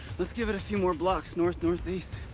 let's give it a few more block north, north-east.